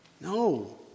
no